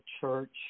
Church